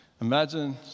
Imagine